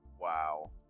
Wow